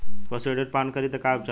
पशु एसिड पान करी त का उपचार होई?